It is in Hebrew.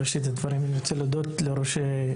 בראשית הדברים אני רוצה להודות ליושבי-הראש.